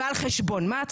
ועל חשבון מה.